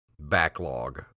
backlog